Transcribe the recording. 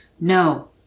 No